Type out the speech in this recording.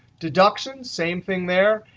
deductions, same thing there,